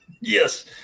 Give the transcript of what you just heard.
Yes